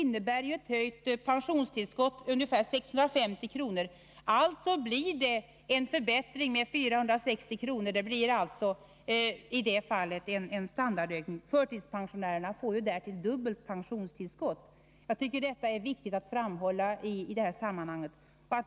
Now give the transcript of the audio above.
Men ett höjt pensionstillskott innebär ungefär 650 kr. Det blir alltså en förbättring med 450 kr., dvs. en standardökning, i detta fall. Förtidspensionärerna får därtill 9 dubbelt pensionstillskott. Jag tycker det är viktigt att här framhålla det.